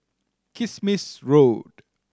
Kismis Road